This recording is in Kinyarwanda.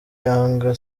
yanga